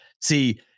See